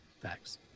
Thanks